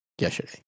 Yesterday